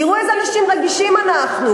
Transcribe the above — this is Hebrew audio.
תראו איזה אנשים רגישים אנחנו.